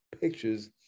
pictures